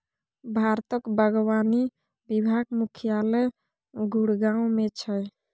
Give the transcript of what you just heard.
भारतक बागवानी विभाग मुख्यालय गुड़गॉव मे छै